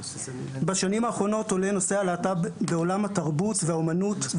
בשנים האחרונות עולה נושא הלהט"ב בעולם התרבות והאומנות,